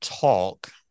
talk